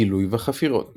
גילוי וחפירות